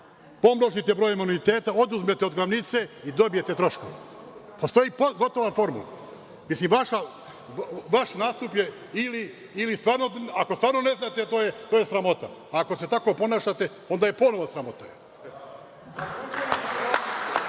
pomnožite broj anuiteta, oduzmete od glavnice i dobijete troškove. Postoji gotova formula. Ako vi to stvarno ne znate, to je sramota. A ako se tako ponašate, onda je ponovo sramota.